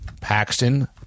Paxton